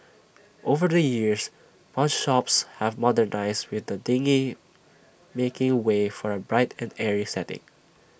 over the years pawnshops have modernised with the dingy making way for A bright and airy setting